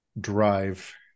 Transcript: drive